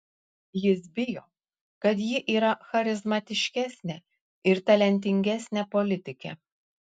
jis bijo kad ji yra charizmatiškesnė ir talentingesnė politikė